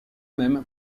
même